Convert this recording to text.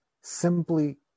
simply